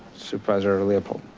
supervisor leopold?